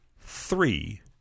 three